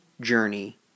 journey